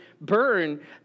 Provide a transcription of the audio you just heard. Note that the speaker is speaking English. burn